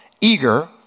eager